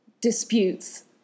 disputes